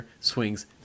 swings